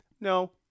No